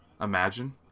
Imagine